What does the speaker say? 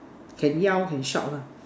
can yell can shout lah